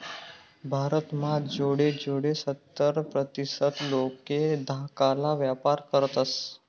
भारत म्हा जोडे जोडे सत्तर प्रतीसत लोके धाकाला व्यापार करतस